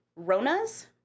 Ronas